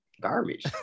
garbage